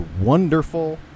wonderful